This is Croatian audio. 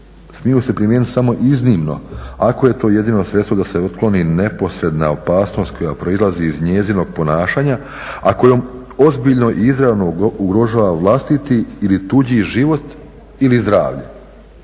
smiju se primijeniti samo iznimno ako je to jedino sredstvo da se otkloni neposredna opasnost koja proizlazi iz njezinog ponašanja, a kojom ozbiljno i izravno ugrožava vlastiti ili tuđi život ili zdravlje.